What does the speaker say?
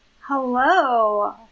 Hello